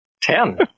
Ten